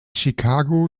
chicago